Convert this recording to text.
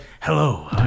Hello